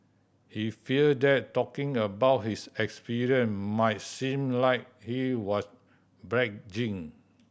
he feared that talking about his experience might seem like he was bragging